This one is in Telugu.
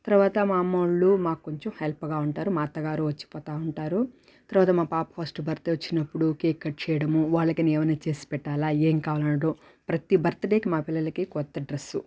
తర్వాత మా అమ్మోళ్ళు మాకు కొంచెం హెల్ప్గా ఉంటారు మా అత్తగారు వచ్చిపోతావుంటారు తర్వాత మా పాప ఫస్ట్ బర్త్డే వచ్చినప్పుడు కేక్ కట్ చేయడము వాళ్ళకి గాను ఏదన్న చేసి పెట్టాలా ఏం ప్రతి బర్త్డేకి మా పిల్లలకి కొత్త డ్రస్సు